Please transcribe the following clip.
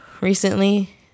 recently